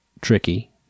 tricky